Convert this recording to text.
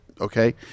Okay